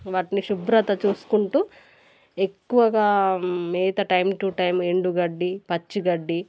వాటిని శుభ్రతతో చూసుకుంటూ ఎక్కువగా మేత టైం టు టైం ఎండు గడ్డి పచ్చి గడ్డి